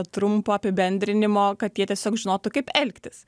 trumpo apibendrinimo kad jie tiesiog žinotų kaip elgtis